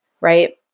Right